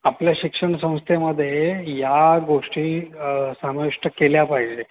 आपल्या शिक्षण संस्थेमध्ये या गोष्टी समाविष्ट केल्या पाहिजे